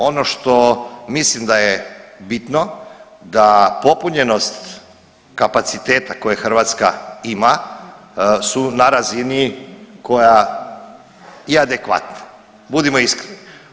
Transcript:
Ono što mislim da je bitno da popunjenost kapaciteta koje Hrvatska ima su na razini koja je adekvatna, budimo iskreni.